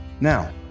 now